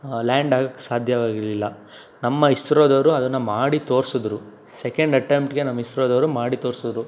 land ಆಗಕ್ಕೆ ಸಾಧ್ಯವಾಗಿರಲಿಲ್ಲ ನಮ್ಮ ಇಸ್ರೋದವರು ಅದನ್ನು ಮಾಡಿ ತೋರ್ಸಿದ್ರು ಸೆಕೆಂಡ್ ಅಟೆಂಪ್ಟ್ಗೆ ನಮ್ಮ ಇಸ್ರೋದವರು ಮಾಡಿ ತೋರ್ಸಿದ್ರು